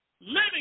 living